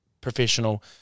professional